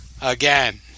again